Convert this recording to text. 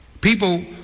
People